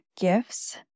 gifts